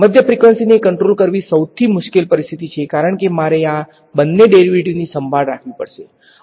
મધ્ય ફ્રીકવંસી ને કંટ્રોલ કરવી સૌથી મુશ્કેલ પરિસ્થિતિ છે કારણ કે મારે આ બંને ડેરિવેટિવ્ઝની સંભાળ રાખવી પડશે